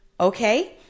Okay